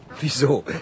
Wieso